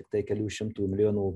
tiktai kelių šimtų milijonų